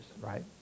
right